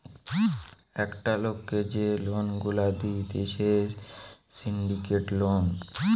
একটা লোককে যে লোন গুলা দিতেছে সিন্ডিকেট লোন